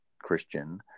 Christian